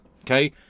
Okay